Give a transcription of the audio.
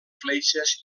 fletxes